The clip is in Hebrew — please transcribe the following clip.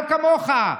לא כמוך,